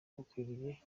bakwiriye